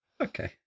Okay